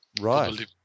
Right